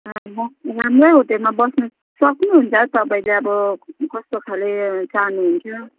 म राम्रै होटेलमा बस्नु सक्नुहुन्छ तपाईँले अब कस्तो खाले चाहनु हुन्छ